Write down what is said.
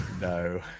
No